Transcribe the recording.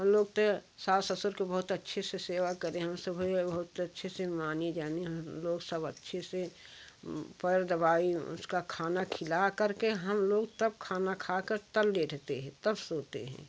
हम लोग तो सास ससुर का बहुत अच्छे से सेवा करे हैं बहुत अच्छे से मानी जानी है हम लोग सब अच्छे से पैर दबाए उनका खाना खिला करके हम लोग तब खाना खाकर के तब लेटते हैं सोते हैं